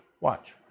Watch